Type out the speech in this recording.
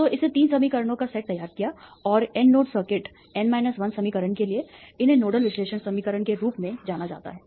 तो इसने तीन समीकरणों का सेट तैयार किया और N नोड सर्किट N 1 समीकरण के लिए इन्हें नोडल विश्लेषण समीकरण के रूप में जाना जाता है